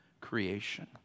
creation